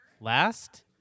Last